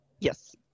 Yes